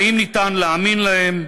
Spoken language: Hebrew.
האם ניתן להאמין להם.